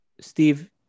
Steve